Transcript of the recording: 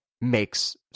makes